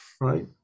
right